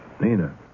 Nina